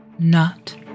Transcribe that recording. Not